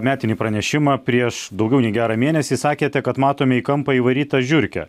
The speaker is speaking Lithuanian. metinį pranešimą prieš daugiau nei gerą mėnesį sakėte kad matome į kampą įvarytą žiurkę